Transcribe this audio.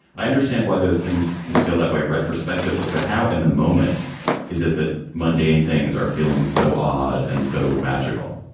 i understand why those things can feel that way retrospectively. but how in the moment is it that mundane things are feeling so odd and so magical?